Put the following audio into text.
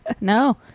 No